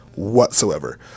whatsoever